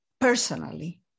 personally